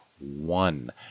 One